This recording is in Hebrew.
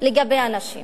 לגבי הנשים.